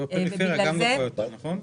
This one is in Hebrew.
בפריפריה היא גם גבוהה יותר, נכון?